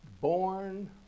born